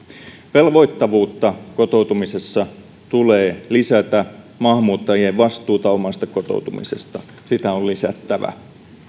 velvoittavuutta kotoutumisessa tulee lisätä maahanmuuttajien vastuuta omasta kotoutumisesta on lisättävä